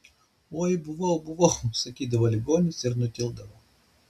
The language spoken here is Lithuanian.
oi buvau buvau sakydavo ligonis ir nutildavo